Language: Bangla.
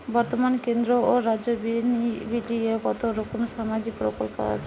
বতর্মানে কেন্দ্র ও রাজ্য মিলিয়ে কতরকম সামাজিক প্রকল্প আছে?